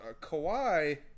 Kawhi